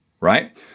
right